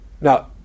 Now